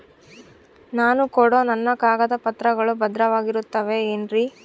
ನಾನು ಕೊಡೋ ನನ್ನ ಕಾಗದ ಪತ್ರಗಳು ಭದ್ರವಾಗಿರುತ್ತವೆ ಏನ್ರಿ?